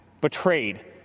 betrayed